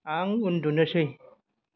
आं उन्दुनोसै